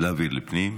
להעביר לפנים?